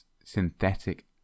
synthetic